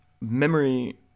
memory